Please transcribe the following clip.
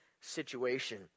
situation